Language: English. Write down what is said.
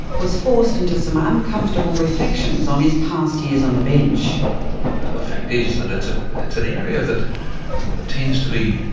was forced into some uncomfortable reflections on his past years on the bench the fact is that it's ah it's an area that tends to be,